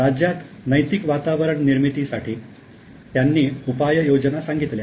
राज्यात नैतिक वातावरणनिर्मितीसाठी त्यांनी उपाययोजना सांगितल्या